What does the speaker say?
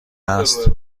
است